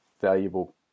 valuable